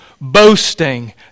boasting